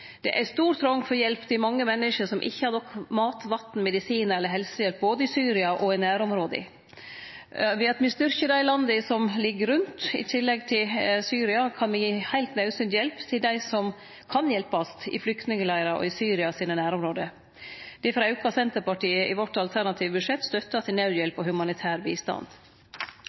Det er stor trong for hjelp til mange menneske som ikkje har nok mat, vatn, medisin eller helsehjelp både i Syria og i nærområda. Ved at me styrkjer dei landa som ligg rundt, i tillegg til Syria, kan me gi heilt naudsynt hjelp til dei som kan hjelpast i flyktningleirar og i Syria sine nærområde. Difor aukar Senterpartiet i vårt alternative budsjett støtta til naudhjelp og humanitær bistand.